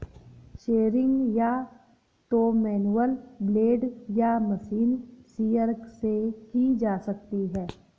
shearing या तो manual blade या मशीन शीयर से की जा सकती है